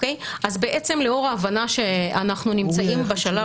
לאור ההבנה שבעצם אנחנו הגענו לשלב